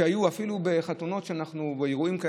ואפילו חתונות ואירועים,